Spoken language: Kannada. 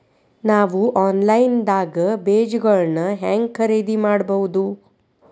ನಾವು ಆನ್ಲೈನ್ ದಾಗ ಬೇಜಗೊಳ್ನ ಹ್ಯಾಂಗ್ ಖರೇದಿ ಮಾಡಬಹುದು?